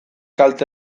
kalte